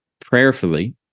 prayerfully